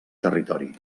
territori